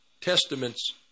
testaments